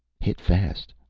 hit fast.